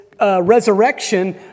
resurrection